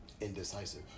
indecisive